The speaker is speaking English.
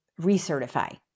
recertify